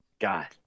God